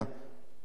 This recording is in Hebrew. רצח עם,